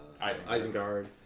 Isengard